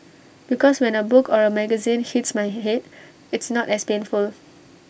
because when A book or A magazine hits my Head it's not as painful